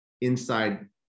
inside